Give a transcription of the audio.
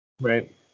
Right